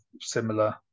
similar